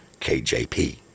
kjp